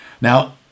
Now